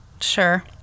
sure